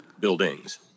buildings